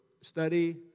Study